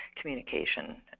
communication